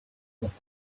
cross